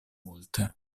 multe